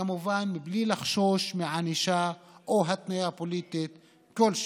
כמובן בלי לחשוש מענישה או התניה פוליטית כלשהי.